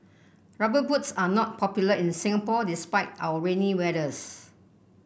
rubber boots are not popular in Singapore despite our rainy weathers